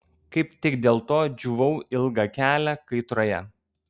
kaip tik dėl to džiūvau ilgą kelią kaitroje